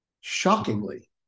Shockingly